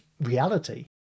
reality